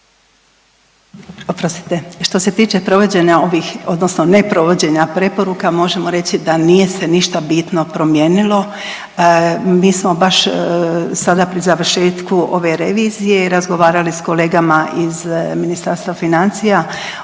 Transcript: odnosno neprovođenja preporuka, možemo reći da nije se ništa bitno promijenilo. Mi smo baš sada pri završetku ove revizije razgovarali s kolegama iz Ministarstva financija,